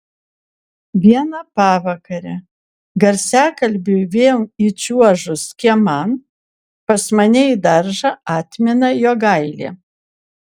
vieną pavakarę garsiakalbiui vėl įčiuožus kieman pas mane į daržą atmina jogailė